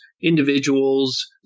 individuals